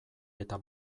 eta